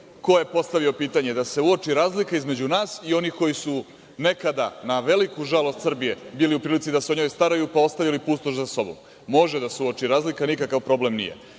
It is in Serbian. Ko je postavio pitanje da se uoči razlika između nas i onih koji su nekada, na veliku žalost Srbije, bili u prilici da se o njoj staraju, pa ostavili pustoš za sobom? Može da se uoči razlika, nikakav problem nije,